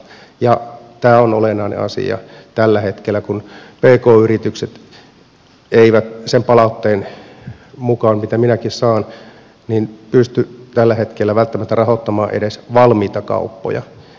tämä on olennainen asia tällä hetkellä kun pk yritykset eivät sen palautteen mukaan mitä minäkin saan pysty tällä hetkellä välttämättä rahoittamaan edes valmiita kauppoja